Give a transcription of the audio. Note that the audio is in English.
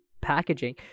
packaging